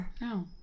No